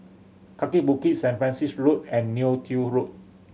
Kaki Bukit Saint Francis Road and Neo Tiew Road